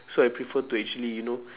so I prefer to actually you know